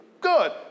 Good